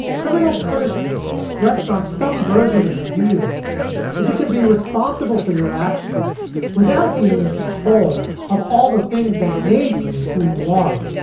criminal punishment rest on some version of the view that you can be responsible for your actions without being in control of all the things that made you who you are.